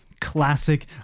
classic